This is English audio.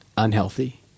unhealthy